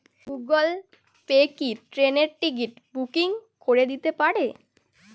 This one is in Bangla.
গুগল পে কি ট্রেনের টিকিট বুকিং করে দিতে পারে?